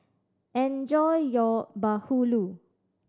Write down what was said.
enjoy your bahulu